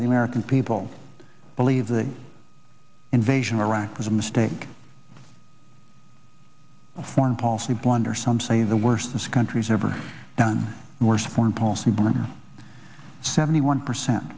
of the american people believe the invasion of iraq was a mistake foreign policy blunder some say the worst this country's ever done worse foreign policy blunder seventy one percent